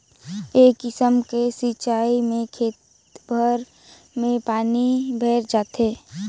ए किसिम के सिचाई में खेत भेर में पानी भयर जाथे